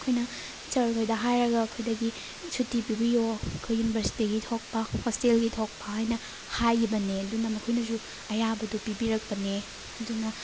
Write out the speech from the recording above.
ꯑꯩꯈꯣꯏꯅ ꯁꯔꯍꯣꯏꯗ ꯍꯥꯏꯔꯒ ꯑꯩꯈꯣꯏꯗꯒꯤ ꯁꯨꯇꯤ ꯄꯤꯕꯤꯌꯣ ꯑꯩꯈꯣꯏ ꯌꯨꯅꯤꯚꯔꯁꯤꯇꯤꯒꯤ ꯊꯣꯛꯄ ꯍꯣꯁꯇꯦꯜꯒꯤ ꯊꯣꯛꯄ ꯍꯥꯏꯅ ꯍꯥꯏꯈꯤꯕꯅꯦ ꯑꯗꯨꯅ ꯃꯈꯣꯏꯅꯁꯨ ꯑꯌꯥꯕꯗꯨ ꯄꯤꯕꯤꯔꯛꯄꯅꯤ ꯑꯗꯨꯅ